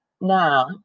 Now